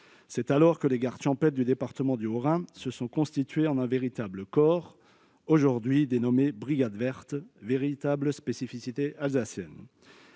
C'est alors que les gardes champêtres du département du Haut-Rhin se sont constitués en un véritable corps, aujourd'hui dénommé « brigades vertes », véritable spécificité alsacienne.